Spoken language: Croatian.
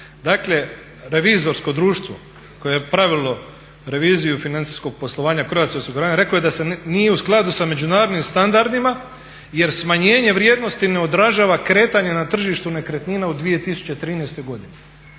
Dakle revizorsko društvo koje je pravilo reviziju financijskog poslovanja Croatia osiguranja reklo je da nije u skladu s međunarodnim standardima jer smanjenje vrijednosti ne odražava kretanje na tržištu nekretnina u 2013. godini.